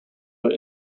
were